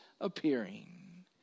appearing